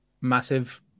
massive